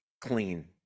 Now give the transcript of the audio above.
clean